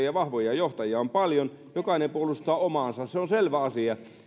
ja vahvoja johtajia on paljon jokainen puolustaa omaansa se on selvä asia